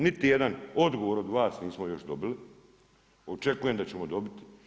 Niti jedan odgovor od vas nismo još dobili, očekujem da ćemo dobiti.